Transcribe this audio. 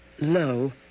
low